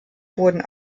wurden